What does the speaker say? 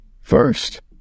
first